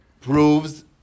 proves